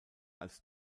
als